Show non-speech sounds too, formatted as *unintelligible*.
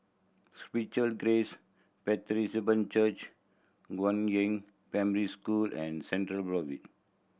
Spiritual Grace *unintelligible* Church Guangyang Primary School and Central Boulevard